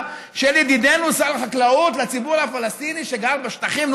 של ידידנו שר החקלאות לציבור הפלסטיני שגר בשטחים.